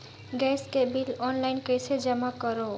Gas के bill online कइसे जमा करव?